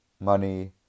money